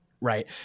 Right